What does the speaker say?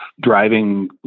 driving